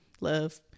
love